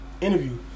interview